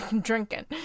drinking